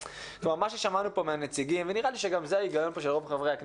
מה ששמענו פה מהנציגים ונראה לי שגם זה ההיגיון פה של רוב חברי הכנסת,